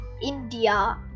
India